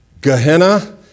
Gehenna